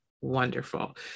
wonderful